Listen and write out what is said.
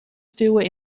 stuwen